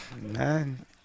man